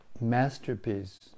masterpiece